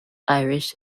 irish